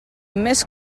més